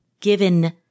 given